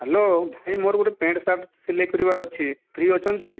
hello ଭାଇ ମୋର ଗୋଟେ ପ୍ୟାଣ୍ଟ୍ ସାର୍ଟ୍ ସିଲେଇ କରିବାର ଅଛି ଫ୍ରୀ ଅଛନ୍ତି